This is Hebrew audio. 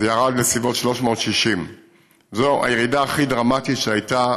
זה ירד לסביבות 360. זו הירידה הכי דרמטית שהייתה